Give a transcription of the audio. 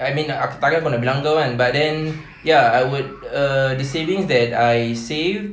I mean aku tak ada aku nak bilang kau kan but then ya I would err the savings that I save